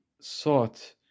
sought